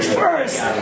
first